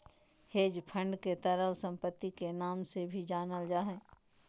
hedge fund के तरल सम्पत्ति के नाम से भी जानल जा हय